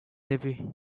heavy